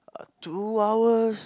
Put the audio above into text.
two hours